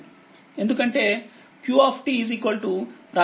ఎందుకంటే q ప్రాథమికంగా v